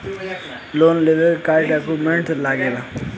Loan लेवे के का डॉक्यूमेंट लागेला?